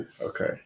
Okay